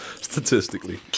statistically